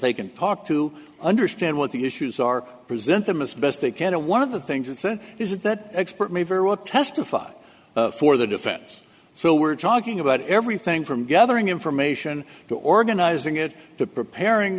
they can park to understand what the issues are present them as best they can a one of the things it said is that expert may very well testify for the defense so we're talking about everything from gathering information to organizing it to preparing